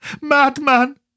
Madman